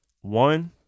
one